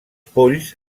polls